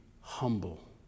humble